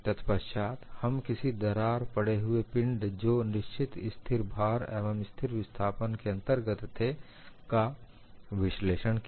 तत्पश्चात हम किसी दरार पड़े हुए पिंड जो निश्चित स्थिर भार एवं स्थिर विस्थापन के अंतर्गत थे का विश्लेषण किया